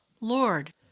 Lord